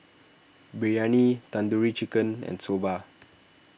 Biryani Tandoori Chicken and Soba